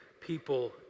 people